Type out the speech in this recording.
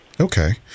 Okay